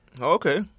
Okay